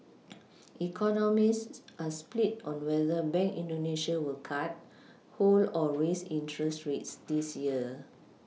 economists are split on whether bank indonesia will cut hold or raise interest rates this year